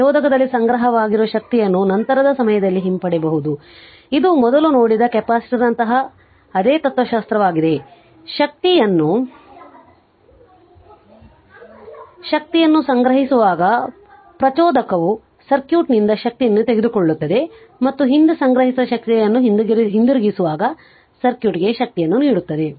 ಪ್ರಚೋದಕದಲ್ಲಿ ಸಂಗ್ರಹವಾಗಿರುವ ಶಕ್ತಿಯನ್ನು ನಂತರದ ಸಮಯದಲ್ಲಿ ಹಿಂಪಡೆಯಬಹುದು ಇದು ಮೊದಲು ನೋಡಿದ ಕೆಪಾಸಿಟರ್ನಂತಹ ಅದೇ ತತ್ತ್ವಶಾಸ್ತ್ರವಾಗಿದೆ ಶಕ್ತಿಯನ್ನು ಸಂಗ್ರಹಿಸುವಾಗ ಪ್ರಚೋದಕವು ಸರ್ಕ್ಯೂಟ್ನಿಂದ ಶಕ್ತಿಯನ್ನು ತೆಗೆದುಕೊಳ್ಳುತ್ತದೆ ಮತ್ತು ಹಿಂದೆ ಸಂಗ್ರಹಿಸಿದ ಶಕ್ತಿಯನ್ನು ಹಿಂದಿರುಗಿಸುವಾಗ ಸರ್ಕ್ಯೂಟ್ಗೆ ಶಕ್ತಿಯನ್ನು ನೀಡುತ್ತದೆ